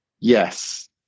Yes